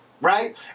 right